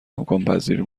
امکانپذیر